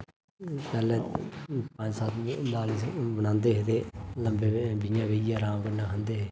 पैह्लें पंज सत्त दालीं बनांदे हे ते लम्बें बिआं लाइयै अराम कन्नै खंदे हे